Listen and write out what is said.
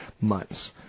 months